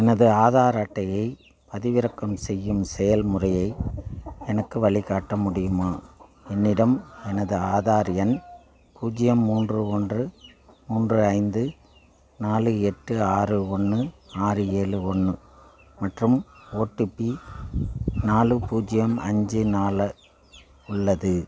எனது ஆதார் அட்டையைப் பதிவிறக்கும் செய்யும் செயல்முறையை எனக்கு வழிகாட்ட முடியுமா என்னிடம் எனது ஆதார் எண் பூஜ்ஜியம் மூன்று ஒன்று மூன்று ஐந்து நாலு எட்டு ஆறு ஒன்று ஆறு ஏழு ஒன்று மற்றும் ஓடிபி நாலு பூஜ்ஜியம் அஞ்சு நாலு உள்ளது